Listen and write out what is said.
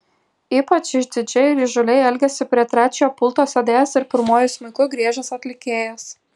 ypač išdidžiai ir įžūliai elgėsi prie trečio pulto sėdėjęs ir pirmuoju smuiku griežęs atlikėjas